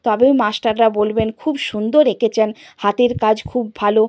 তবেই মাস্টাররা বলবেন খুব সুন্দর এঁকেছেন হাতের কাজ খুব ভালো